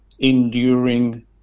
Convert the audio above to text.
enduring